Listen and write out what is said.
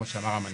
כמו שאמר המנכ"ל,